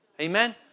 Amen